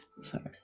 sorry